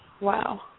Wow